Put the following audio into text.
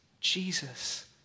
Jesus